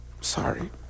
Sorry